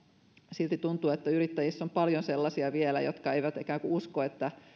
silti tuntuu että yrittäjissä on vielä paljon sellaisia jotka eivät ikään kuin usko että